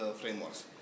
frameworks